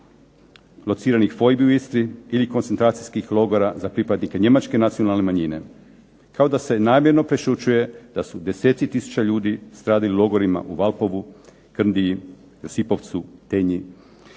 locirani fojbi listi ili koncentracijskih logora za pripadnike njemačke nacionalne manjine. Kao da se namjerno prešućuje da su deseci tisuća ljudi stradali u logorima u Valpovu, Krndiji, Josipovcu, Tenji,